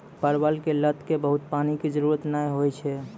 परवल के लत क बहुत पानी के जरूरत नाय होय छै